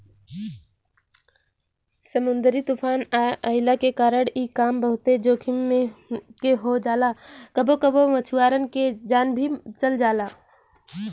समुंदरी तूफ़ान अइला के कारण इ काम बहुते जोखिम के हो जाला कबो कबो मछुआरन के जान भी चल जाला